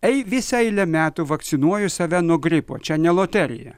ei visą eilę metų vakcinuoju save nuo gripo čia ne loterija